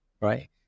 right